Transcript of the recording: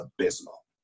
abysmal